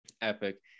epic